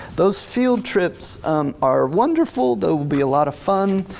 those field trips are wonderful, that will be a lot of fun.